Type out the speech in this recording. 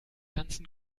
tanzen